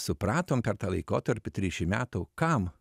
supratom per tą laikotarpį trišim metų kam